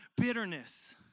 Bitterness